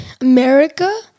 America